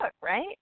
right